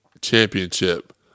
championship